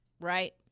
right